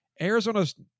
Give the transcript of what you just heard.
Arizona's